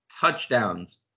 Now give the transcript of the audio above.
touchdowns